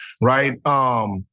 Right